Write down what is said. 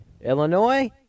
Illinois